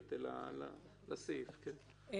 אני